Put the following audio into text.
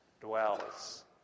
dwells